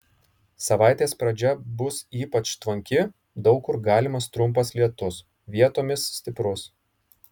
savaitės pradžia bus ypač tvanki daug kur galimas trumpas lietus vietomis stiprus